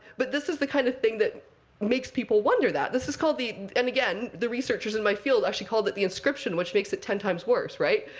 but this is the kind of thing that makes people wonder that. this is called the and again, the researchers in my field actually called it the inscription, which makes it ten times worse, right?